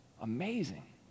amazing